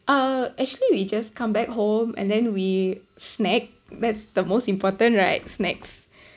uh actually we just come back home and then we snack that's the most important right snacks